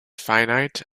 finite